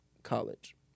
College